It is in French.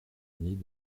idées